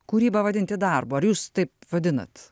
kūrybą vadinti darbu ar jūs taip vadinat